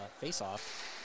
face-off